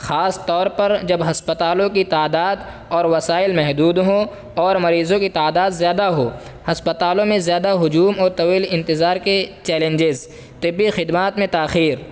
خاص طور پر جب ہسپتالوں کی تعداد اور وسائل محدود ہوں اور مریضوں کی تعداد زیادہ ہو ہسپتالوں میں زیادہ ہجوم اور طویل انتظار کے چیلنجز طبی خدمات میں تاخیر